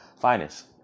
Finest